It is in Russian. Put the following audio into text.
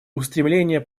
устремления